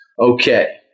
Okay